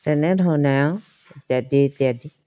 তেনেধৰণে আৰু ইত্যাদি ইত্যাদি